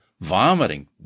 vomiting